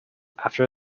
after